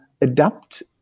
adapt